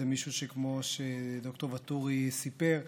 כמו שד"ר ואטורי סיפר,